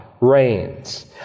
reigns